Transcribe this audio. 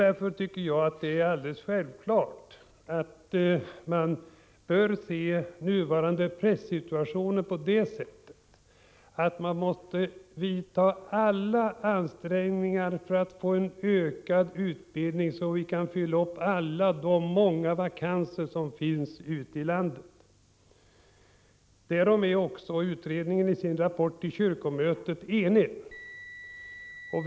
Därför tycker jag att det är alldeles självklart att man bör uppfatta nuvarande prästsituation så, att alla ansträngningar måste vidtas när det gäller att åstadkomma en ökad utbildning för att på det sättet fylla ut alla vakanser ute i landet, och de är många. Därom är också utredningen enig. Det framgår av dess rapport till kyrkomötet.